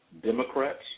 Democrats